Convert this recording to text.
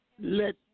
Let